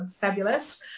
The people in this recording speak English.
fabulous